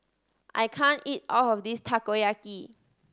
I can't eat all of this Takoyaki